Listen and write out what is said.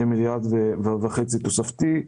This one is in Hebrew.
למיליארד וחצי תוספתי.